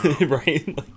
right